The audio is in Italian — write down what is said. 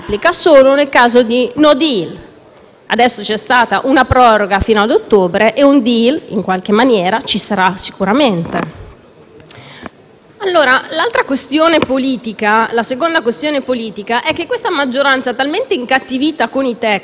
Adesso c'è stata una proroga fino ad ottobre, e un *deal* in qualche maniera ci sarà sicuramente. La seconda questione politica è che questa maggioranza, talmente incattivita con i tecnici, si è fatta proprio scrivere